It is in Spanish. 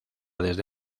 desde